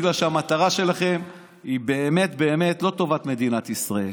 בגלל שהמטרה שלכם היא באמת באמת לא טובת מדינת ישראל.